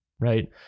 Right